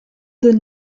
the